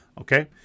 Okay